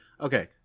okay